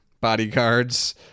bodyguards